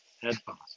headphones